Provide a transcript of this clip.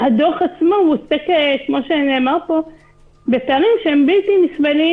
והדוח עצמו עוסק בפערים שהם בלתי נסבלים